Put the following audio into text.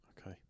Okay